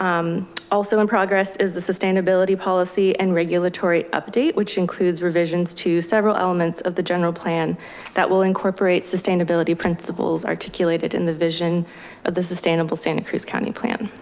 um also in progress is the sustainability policy and regulatory update which includes revisions to several elements of the general plan that will incorporate sustainability principles articulated in the vision of the sustainable santa cruz county plan.